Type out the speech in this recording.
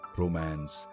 romance